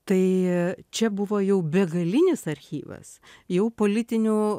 tai čia buvo jau begalinis archyvas jau politinių